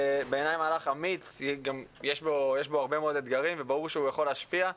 בעיני זה מהלך אמיץ ויש בו הרבה מאוד אתגרים וברור שהוא יכול להשפיע,